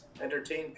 entertain